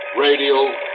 Radial